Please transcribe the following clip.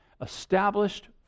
established